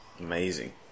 Amazing